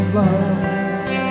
love